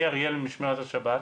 אני ממשמרת השבת,